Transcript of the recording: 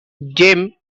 jim